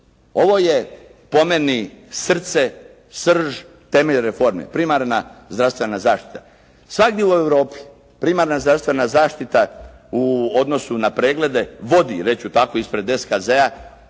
Ovo je po meni srce, srž, temelj reforme. Primarna zdravstvena zaštita. Svagdje u Europi primarna zdravstvena zaštita u odnosu na preglede vodi, reći ću tako ispred SKZ-a